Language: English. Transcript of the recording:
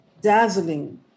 dazzling